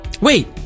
Wait